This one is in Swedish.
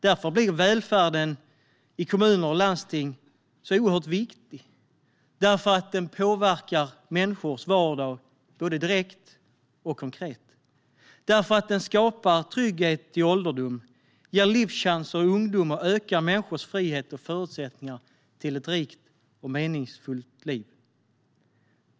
Därför blir välfärden i kommuner och landsting så oerhört viktig - den påverkar människors vardag både direkt och konkret. Den skapar trygghet i ålderdomen, ger livschanser i ungdomen och ökar människors frihet och förutsättningar för ett rikt och meningsfullt liv.